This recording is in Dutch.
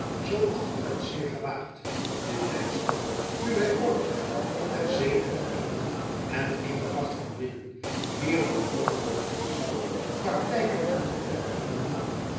zoo acht ik het zeer gewaagd op dit tijdstip nu wy oorlog hebben ter zee en te land en eendracht van binnen meer dan ooit noodig is praktijken aan te wenden om den man